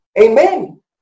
Amen